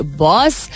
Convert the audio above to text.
boss